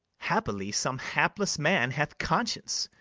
haply some hapless man hath conscience,